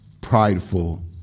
prideful